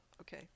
Okay